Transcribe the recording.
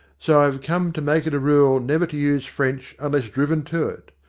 so i have come to make it a rule never to use french unless driven to it.